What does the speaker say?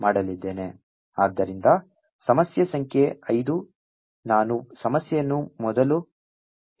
ಆದ್ದರಿಂದ ಸಮಸ್ಯೆ ಸಂಖ್ಯೆ 5 ನಾನು ಸಮಸ್ಯೆಯನ್ನು ಮೊದಲು ಹೇಳಲಿದ್ದೇನೆ